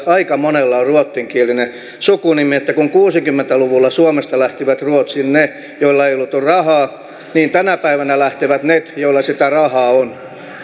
aika monella on ruotsinkielinen sukunimi että kun kuusikymmentä luvulla suomesta lähtivät ruotsiin ne joilla ei ollut rahaa niin tänä päivänä lähtevät ne joilla sitä rahaa on